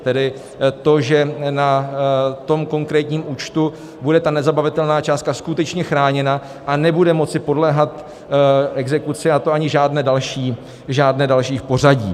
Tedy to, že na tom konkrétním účtu bude nezabavitelná částka skutečně chráněna a nebude moci podléhat exekuci, a to ani žádné další v pořadí.